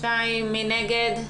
מי נגד?